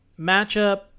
matchup